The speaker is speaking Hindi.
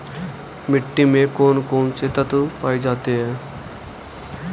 मिट्टी में कौन कौन से तत्व पाए जाते हैं?